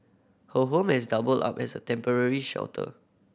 her home has doubled up as a temporary shelter